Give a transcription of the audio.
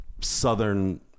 Southern